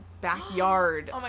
backyard